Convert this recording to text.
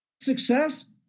success